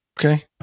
Okay